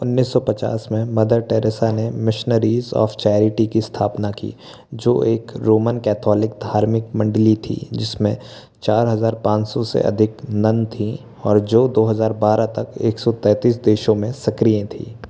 उन्नीस सौ पचास में मदर टेरेसा ने मिशनरीज़ ऑफ चैरिटी की स्थापना की जो एक रोमन कैथोलिक धार्मिक मण्डली थी जिसमें चार हजार पाँच सौ से अधिक नन थीं और जो दो हजार बारह तक एक सौ तेतीस देशों में सक्रिय थी